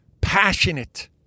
passionate